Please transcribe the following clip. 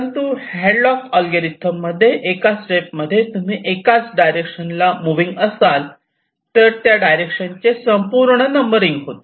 परंतु हॅडलॉकच्या अल्गोरिदम मध्ये एका स्टेपमध्ये तुम्ही एकाच डायरेक्शनला मुव्हिग असाल तर त्या डायरेक्शन चे संपूर्ण नंबरिंग होते